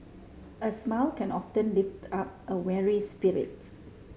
a smile can often lift up a weary spirit